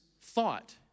thought